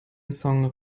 song